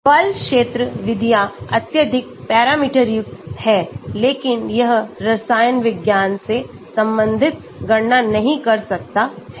बल क्षेत्र विधियाँ अत्यधिक पैरामीटरयुक्त हैं लेकिन यह रसायन विज्ञान से संबंधित गणना नहीं कर सकता है